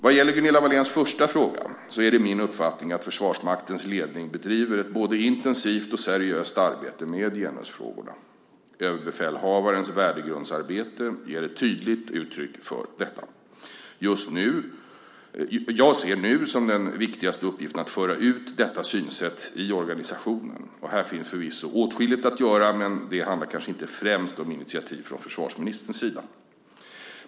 Vad gäller Gunilla Wahléns första fråga är det min uppfattning att Försvarsmaktens ledning bedriver ett både intensivt och seriöst arbete med genusfrågorna. Överbefälhavarens värdegrundsarbete ger ett tydligt uttryck för detta. Jag ser nu som den viktigaste uppgiften att föra ut detta synsätt i organisationen. Här finns förvisso åtskilligt att göra - men detta handlar inte främst om initiativ från försvarsministerns sida.